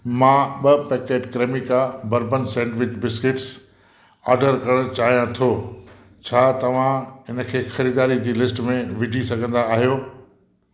मां ॿ packet Cremica Bourbon sandwich biscuits order करण चाहियां थो छा तव्हां हिनखे ख़रीदारी जी लिस्ट में विझी सघंदा आहियो